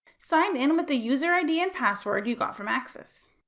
sign in with the user id and password you got from acsis.